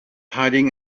hiding